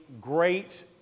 great